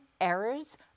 errors